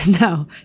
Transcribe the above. No